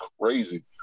crazy